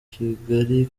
kigali